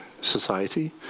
society